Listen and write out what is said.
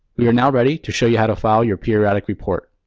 we are now ready to show you how to file your periodic report.